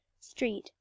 Street